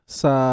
sa